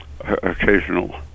occasional